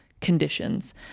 conditions